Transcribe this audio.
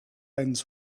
ends